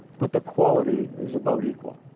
but the quality is about equal.